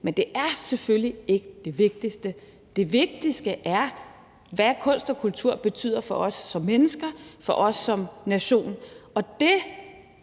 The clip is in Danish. men det er selvfølgelig ikke det vigtigste. Det vigtigste er, hvad kunst og kultur betyder for os som mennesker, for os som nation,